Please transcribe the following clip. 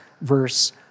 verse